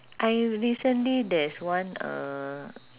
I recently there's one uh